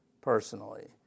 personally